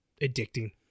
addicting